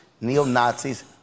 neo-nazis